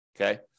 okay